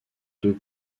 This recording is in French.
deux